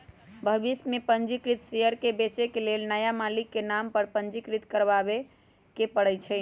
भविष में पंजीकृत शेयर के बेचे के लेल नया मालिक के नाम पर पंजीकृत करबाबेके परै छै